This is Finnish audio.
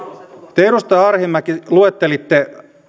edustaja arhinmäki luettelitte